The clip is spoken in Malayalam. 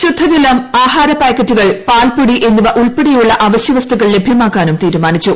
ശുദ്ധജലം ആഹാര പായ്ക്കറ്റുകൾ പാൽപ്പൊടി എന്നിവ ഉൾപ്പെടെയുള്ള അവശ്യവസ്തുക്കൾ ലഭ്യമാക്കാനും തീരുമാനിച്ചു